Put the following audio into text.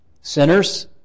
Sinners